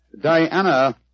Diana